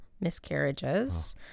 miscarriages